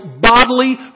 bodily